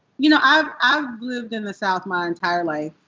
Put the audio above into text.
you know, i've i've lived in the south my entire life.